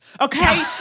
Okay